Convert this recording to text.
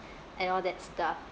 and all that stuff